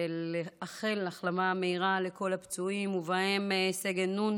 ולאחל החלמה מהירה לכל הפצועים, ובהם סגן נ',